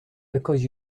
because